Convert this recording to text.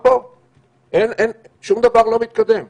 שום דבר לא מתקדם פה.